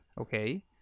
Okay